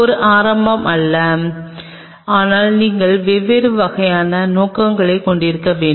ஒரு ஆரம்பம் அல்ல ஆனால் நீங்கள் வெவ்வேறு நோக்கங்களைக் கொண்டிருக்க வேண்டும்